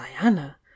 diana